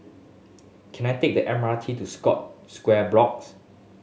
can I take the M R T to Scott Square Blocks